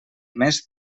més